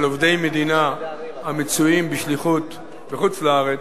על עובדי מדינה המצויים בשליחות בחוץ-לארץ,